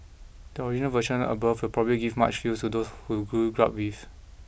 the original version above will probably give much feels to those of you who grew up with